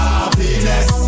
Happiness